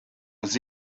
was